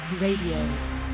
Radio